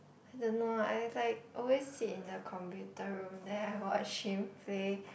I don't know I like always sit in the computer room then I watch him play